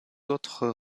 autres